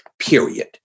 Period